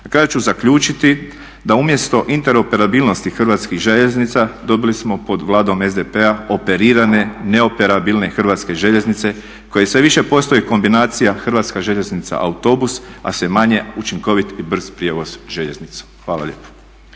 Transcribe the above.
Na kraju ću zaključiti da umjesto interoperabilnosti Hrvatskih željeznica dobili smo pod Vladom SDP-a operirane neoperabilne Hrvatske željeznice koje sve više postaju kombinacija Hrvatska željeznica – autobus, a sve manje učinkovit i brz prijevoz željeznicom. Hvala lijepo.